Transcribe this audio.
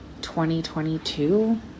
2022